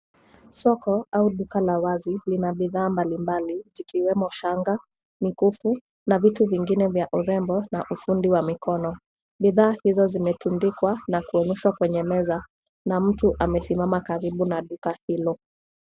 Soko, au duka la wazi, lina bidhaa mbalimbali, zikiwemo shanga, mikufu, na vitu vingine vya urembo na ufundi wa mikono. Bidhaa hizo zimetundikwa na kuonyeshwa kwenye meza, na mtu amesimama karibu na duka hilo.